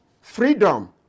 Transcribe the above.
freedom